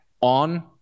on